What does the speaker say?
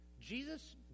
Jesus